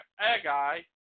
Agai